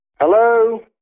Hello